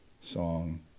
song